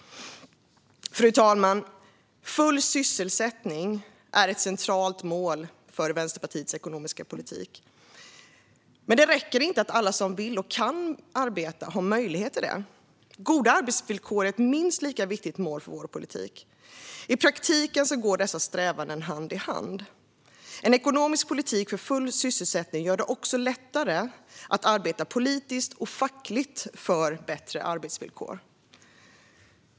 Fru talman! Full sysselsättning är ett centralt mål för Vänsterpartiets ekonomiska politik. Men det räcker inte att alla som vill och kan arbeta har möjlighet till det. Goda arbetsvillkor är ett minst lika viktigt mål för vår politik. I praktiken går dessa strävanden hand i hand. En ekonomisk politik för full sysselsättning gör det också lättare att arbeta politiskt och fackligt för bättre arbetsvillkor.